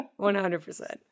100%